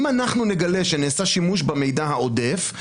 אם אנחנו נגלה שנעשה שימוש במידע העודף,